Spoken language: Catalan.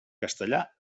castellà